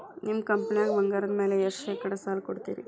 ನಿಮ್ಮ ಕಂಪನ್ಯಾಗ ಬಂಗಾರದ ಮ್ಯಾಲೆ ಎಷ್ಟ ಶೇಕಡಾ ಸಾಲ ಕೊಡ್ತಿರಿ?